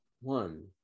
one